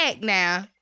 now